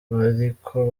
bariko